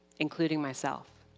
including myself.